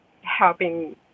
helping